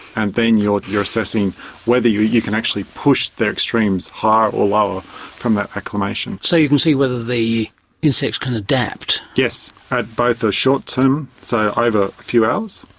and then you're you're assessing whether you you can actually push their extremes higher or lower from that acclimation. so you can see whether the insects can adapt? yes, at both a short term, so over a few hours,